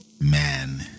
man